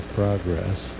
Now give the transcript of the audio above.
progress